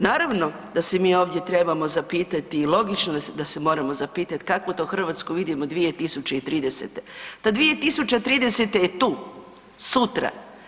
Naravno da se mi ovdje trebamo zapitati i logično da se moramo zapitati kakvu to Hrvatsku vidimo 2030., 2030. je tu, sutra.